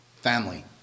family